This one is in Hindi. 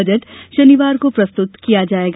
बजट शनिवार को प्रस्तुत किया जायेगा